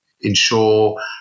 ensure